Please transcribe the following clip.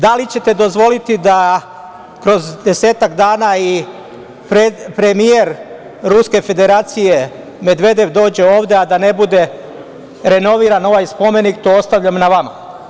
Da li ćete dozvoliti da kroz 10-ak dana i premijer Ruske Federacije Medvedev dođe ovde, a da ne bude renoviran ovaj spomenik, to ostavljam na vama.